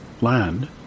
land